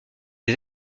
des